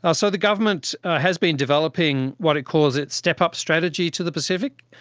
ah so the government has been developing what it calls its step-up strategy to the pacific.